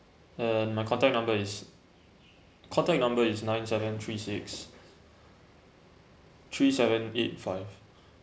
um my contact number is contact number is nine seven three six three seven eight five